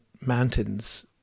mountains